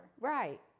Right